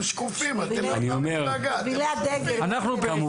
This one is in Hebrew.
אני אומר כמובן,